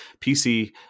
PC